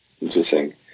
Interesting